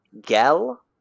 Gel